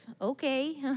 Okay